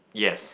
yes